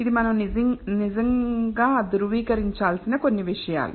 ఇవి మనం నిజంగా ధృవీకరించాల్సిన కొన్ని విషయాలు